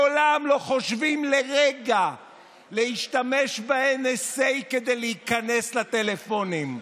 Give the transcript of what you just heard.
מעולם לא חושבים לרגע להשתמש ב-NSA כדי להיכנס לטלפונים.